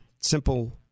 Simple